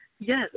Yes